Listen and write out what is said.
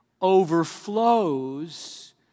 overflows